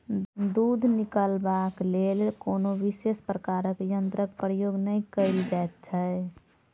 दूध निकालबाक लेल कोनो विशेष प्रकारक यंत्रक प्रयोग नै कयल जाइत छै